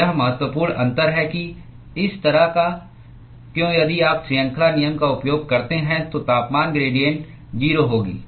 तो यह महत्वपूर्ण अंतर है कि इस तरह का क्यों यदि आप श्रृंखला नियम का उपयोग करते हैं तो तापमान ग्रेडिएंट 0 होगी